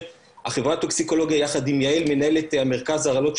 החברה לטוקסיקולוגיה ביחד עם יעל מנהלת המרכז להרעלות,